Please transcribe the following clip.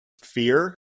fear